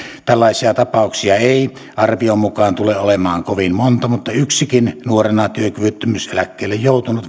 tällaisia tapauksia ei arvion mukaan tule olemaan kovin monta mutta yksikin nuorena työkyvyttömyyseläkkeelle joutunut